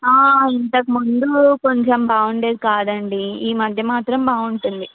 ఆ ఇంతకు ముందు కొంచెం బాగుండేది కాదండి ఈ మధ్య మాత్రం బాగుంటుంది